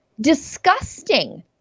Disgusting